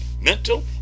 mental